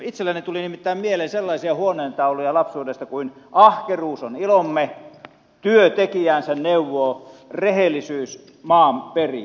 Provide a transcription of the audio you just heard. itselleni tuli nimittäin mieleen sellaisia huoneentauluja lapsuudesta kuin ahkeruus on ilomme työ tekijäänsä neuvoo rehellisyys maan perii